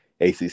ACC